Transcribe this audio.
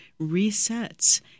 resets